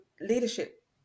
leadership